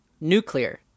nuclear